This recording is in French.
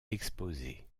exposées